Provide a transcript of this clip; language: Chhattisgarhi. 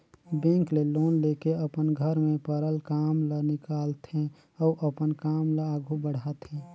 बेंक ले लोन लेके अपन घर में परल काम ल निकालथे अउ अपन काम ल आघु बढ़ाथे